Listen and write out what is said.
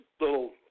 little